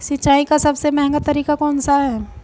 सिंचाई का सबसे महंगा तरीका कौन सा है?